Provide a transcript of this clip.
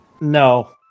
No